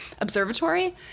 observatory